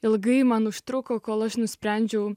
ilgai man užtruko kol aš nusprendžiau